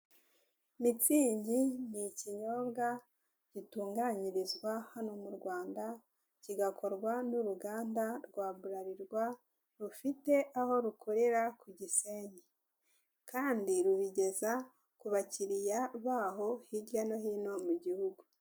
Mitsingi ni ikinyobwa gitunganyirizwa hano mu Rwanda kigakorwa n'uruganda rwa burarirwa(Bralirwa) rufite aho rukorera ku Gisenyi kandi rubigeza ku bakiriya baho hirya no hino mu gihugu.